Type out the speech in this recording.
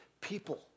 people